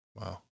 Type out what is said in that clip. Wow